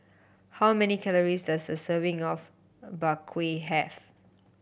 how many calories does a serving of Bak Kwa have